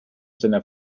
seiner